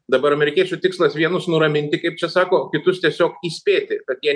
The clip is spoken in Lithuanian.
dabar amerikiečių tikslas vienus nuraminti kaip čia sako kitus tiesiog įspėti kad jie